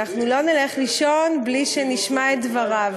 אנחנו לא נלך לישון בלי שנשמע את דבריו.